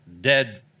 dead